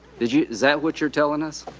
did you, is that what you're telling us?